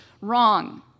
wrong